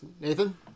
nathan